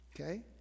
Okay